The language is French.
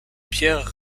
pierre